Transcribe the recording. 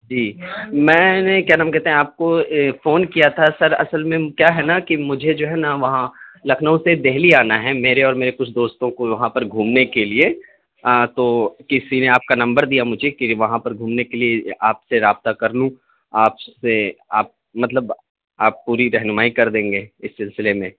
جی میں نے کیا نام ہے کہتے ہیں آپ کو فون کیا تھا سر اصل میں کیا ہے نا کہ مجھے جو ہے نا وہاں لکھنؤ سے دہلی آنا ہے میرے اور میرے کچھ دوستوں کو وہاں پر گھومنے کے لیے تو کسی نے آپ کا نمبر دیا مجھے کہ وہاں پر گھومنے کے لیے آپ سے رابطہ کر لوں آپ سے آپ مطلب آپ پوری رہنمائی کر دیں گے اس سلسلے میں